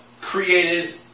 created